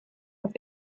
auf